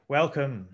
welcome